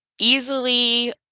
easily